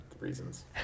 Reasons